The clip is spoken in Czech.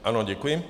Ano, děkuji.